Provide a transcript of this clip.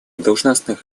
должностных